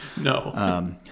No